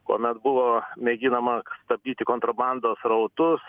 kuomet buvo mėginama stabdyti kontrabandos srautus